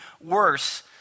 worse